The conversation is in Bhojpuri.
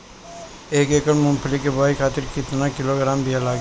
एक एकड़ मूंगफली क बोआई खातिर केतना किलोग्राम बीया लागी?